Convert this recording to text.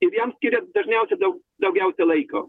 ir jam skiriat dažniausiai daug daugiausia laiko